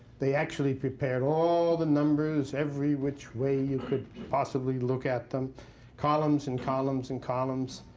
they actually prepared all the numbers every which way you could possibly look at them columns and columns and columns.